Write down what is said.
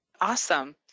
Awesome